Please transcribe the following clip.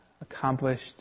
accomplished